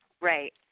Right